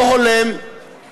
לא הולם וקשה,